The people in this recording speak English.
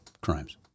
crimes